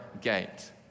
gate